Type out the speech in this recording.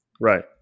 Right